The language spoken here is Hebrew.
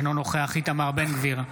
אינו נוכח איתמר בן גביר,